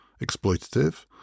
exploitative